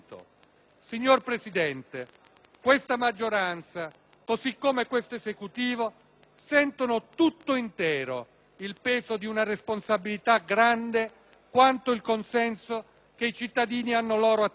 sentono tutto intero il peso di una responsabilità grande quanto il consenso che i cittadini hanno loro attribuito. Sappiamo bene che, a discapito della grande maggioranza dei magistrati